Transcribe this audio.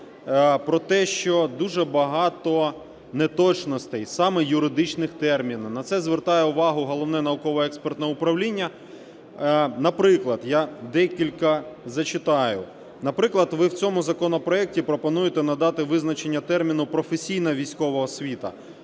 про те, що дуже багато неточностей саме юридичних термінів, на це звертає увагу Головне науково-експертне управління. Наприклад, я декілька зачитаю. Наприклад, ви в цьому законопроекті пропонуєте надати визначення терміну "професійна військова освіта",